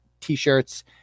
t-shirts